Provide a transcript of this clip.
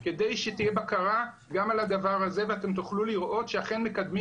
כדי שתהיה בקרה גם על הדבר הזה ואתם תוכלו לראות שאכן מקדמים